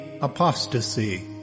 apostasy